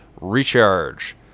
recharge